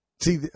See